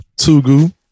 Tugu